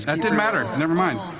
and didn't matter, never mind.